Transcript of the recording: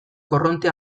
korronte